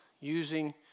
Using